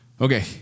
Okay